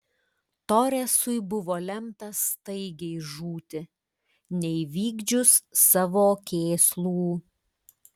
toresui buvo lemta staigiai žūti neįvykdžius savo kėslų